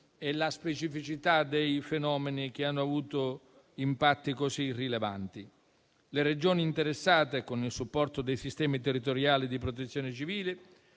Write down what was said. e la specificità dei fenomeni che hanno avuto impatti così rilevanti. Le Regioni interessate, con il supporto dei sistemi territoriali di Protezione civile